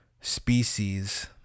species